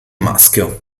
maschio